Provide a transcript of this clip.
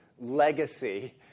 legacy